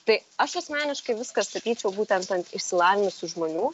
tai aš asmeniškai viską statyčiau būtent ant išsilavinusių žmonių